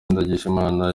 ndagijimana